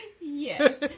Yes